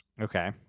okay